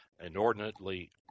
inordinately